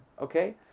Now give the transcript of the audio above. okay